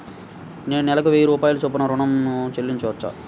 నేను నెలకు వెయ్యి రూపాయల చొప్పున ఋణం ను చెల్లించవచ్చా?